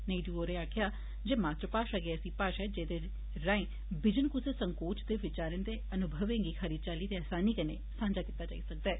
नायडू होरें आक्खेआ मातृ भाशा गै ऐसी भाशा ऐ जेह्दे राए बिजन कुसै संकोच दे विचारें ते अनुमवें गी खरी चाल्ली ते असानी कन्नै सांझा कीता जाई सकता ऐ